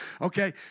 okay